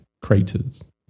Craters